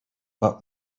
but